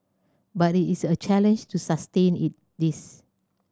but it is a challenge to sustain this